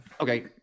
okay